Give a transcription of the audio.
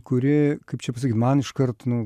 kuri kaip čia pasakyt man iškart nu